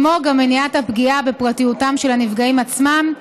כמו גם מניעת הפגיעה בפרטיותם של הנפגעים עצמם,